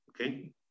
okay